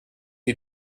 die